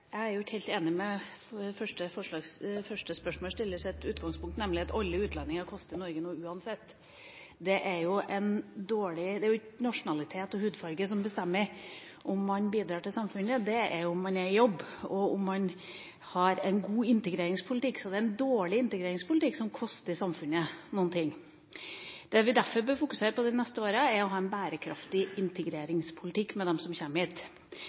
ikke helt enig med første spørsmålsstillers utgangspunkt, nemlig at alle utlendinger koster Norge noe uansett. Det er ikke nasjonalitet og hudfarge som bestemmer om man bidrar til samfunnet, det er om man er i jobb, og om vi har en god integreringspolitikk. Det er en dårlig integreringspolitikk som koster samfunnet noe. Det vi derfor bør fokusere på de neste åra, er å ha en bærekraftig integreringspolitikk for dem som kommer hit.